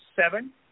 seven